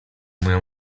moja